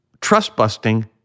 trust-busting